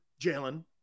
Jalen